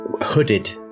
hooded